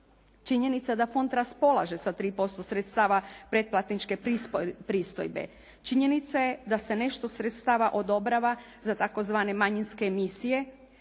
Činjenica da fond raspolaže sa 3% sredstava pretplatničke pristojbe. Činjenica je da se nešto sredstava odobrava za tzv. manjinske emisije,